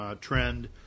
trend